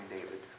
David